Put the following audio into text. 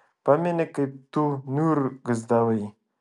pameni kaip tu niurgzdavai